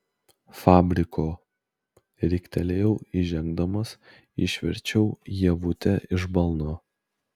fabriko riktelėjau įžengdamas išverčiau ievutę iš balno